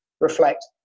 reflect